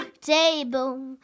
Table